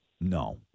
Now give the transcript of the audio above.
No